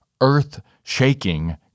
earth-shaking